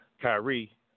Kyrie